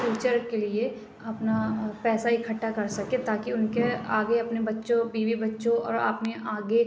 future کے لیے اپنا پیسہ اکٹھا کر سکیں تا کہ اُن کے آگے اپنے بچوں بیوی بچوں اور اپنے آگے